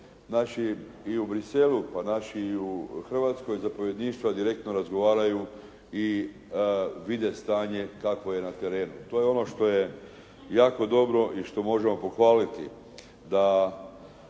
naši i u Bruxellesu pa i naši u Hrvatskoj zapovjedništva direktno razgovaraju i vide stanje kakvo je na terenu. To je ono što je jako dobro i što možemo pohvaliti